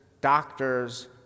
doctors